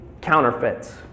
counterfeits